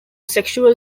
sexual